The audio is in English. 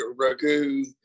ragu